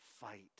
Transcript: fight